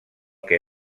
que